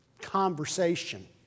conversation